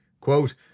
quote